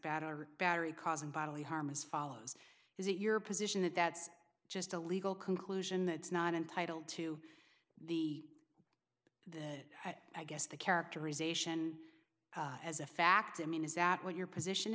battery battery causing bodily harm as follows is it your position that that's just a legal conclusion that it's not entitled to the i guess the characterization as a fact i mean is that what your position